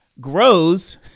grows